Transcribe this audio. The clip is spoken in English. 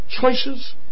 choices